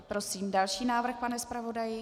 Prosím další návrh, pane zpravodaji.